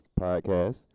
Podcast